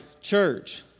church